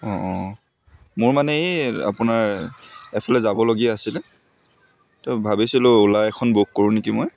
অঁ অঁ মোৰ মানে এই আপোনাৰ এফালে যাবলগীয়া আছিলে তো ভাবিছিলোঁ অ'লা এখন বুক কৰোঁ নেকি মই